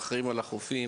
אחראים על החופים,